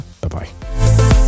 Bye-bye